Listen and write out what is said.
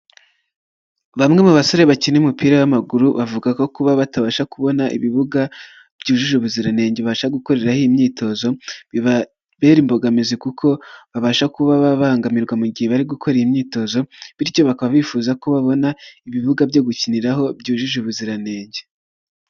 Bamwe mu basore bakina umupira w'amaguru bavuga ko kuba batabasha kubona ibibuga byujuje ubuziranenge ibasha gukoreraho imyitozo, bibabera imbogamizi kuko babasha kuba babangamirwa mu gihe bari gukora imyitozo, bityo bakaba bifuza ko babona ibibuga byo gukiniraho byujuje ubuziranenge.